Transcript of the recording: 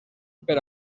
per